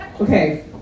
Okay